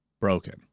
broken